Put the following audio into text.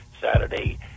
Saturday